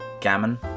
gammon